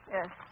Yes